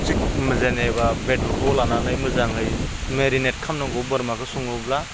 एसे जेनेबा बेदरखौ लानानै मोजाङै मेरिनेट खालामनांगौ बोरमाखौ सङोबा